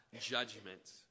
judgment